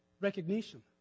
recognition